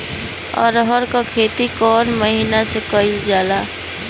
अरहर क खेती कवन महिना मे करल जाला?